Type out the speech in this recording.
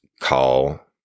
call